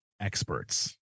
experts